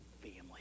family